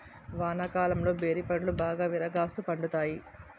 వానాకాలంలో బేరి పండ్లు బాగా విరాగాస్తు పండుతాయి